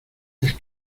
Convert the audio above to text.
les